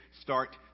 start